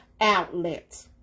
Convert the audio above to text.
outlet